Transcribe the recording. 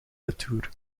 retour